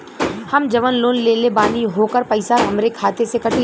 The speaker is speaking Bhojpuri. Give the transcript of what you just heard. हम जवन लोन लेले बानी होकर पैसा हमरे खाते से कटी?